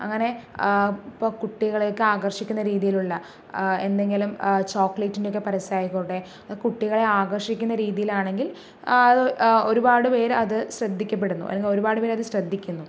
അങ്ങനെ ഇപ്പോൾ കുട്ടികളെയൊക്കെ ആകർഷിക്കുന്ന രീതിയിലുള്ള എന്തെങ്കിലും ചോക്ലേറ്റിൻ്റെയൊക്കെ പരസ്യം ആയിക്കോട്ടെ അത് കുട്ടികളെ ആകർഷിക്കുന്ന രീതിയിലാണെങ്കിൽ അത് ഒരുപാട് പേര് അത് ശ്രദ്ധിക്കപ്പെടുന്നു അല്ലെങ്കിൽ ഒരുപാട് പേര് അത് ശ്രദ്ധിക്കുന്നു